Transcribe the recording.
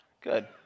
Good